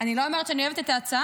אני לא אומרת שאני אוהבת את ההצעה,